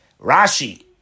Rashi